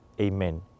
Amen